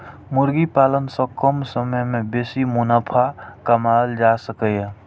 मुर्गी पालन सं कम समय मे बेसी मुनाफा कमाएल जा सकैए